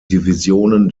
divisionen